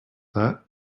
that